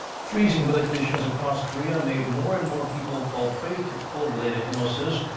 freezing weather conditions across korea made more and more people fall prey to cold-related illnesses.